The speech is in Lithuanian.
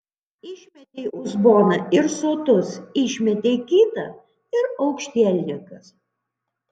išmetei uzboną ir sotus išmetei kitą ir aukštielninkas